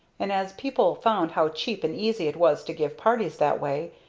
and as people found how cheap and easy it was to give parties that way,